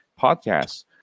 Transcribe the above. podcasts